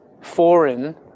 foreign